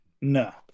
No